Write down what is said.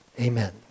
Amen